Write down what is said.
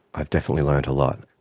i've definitely learnt a lot.